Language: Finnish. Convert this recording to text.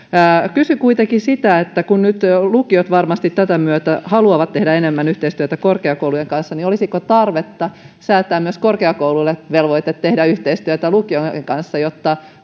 kysyn kuitenkin kun nyt lukiot varmasti tätä myötä haluavat tehdä enemmän yhteistyötä korkeakoulujen kanssa olisiko tarvetta säätää myös korkeakouluille velvoite tehdä yhteistyötä lukioiden kanssa jotta